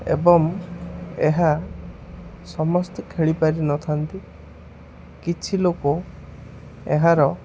ଏବଂ ଏହା ସମସ୍ତେ ଖେଳିପାରିନଥାନ୍ତି କିଛି ଲୋକ ଏହାର